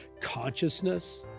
consciousness